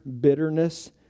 bitterness